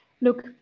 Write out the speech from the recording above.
Look